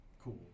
cool